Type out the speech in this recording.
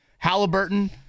Halliburton